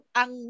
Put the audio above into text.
ang